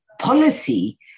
policy